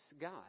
God